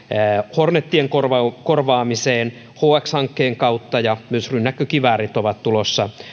hornetien korvaamiseen korvaamiseen hx hankkeen kautta ja myös rynnäkkökiväärit ovat tulossa